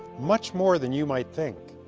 much more than you might think.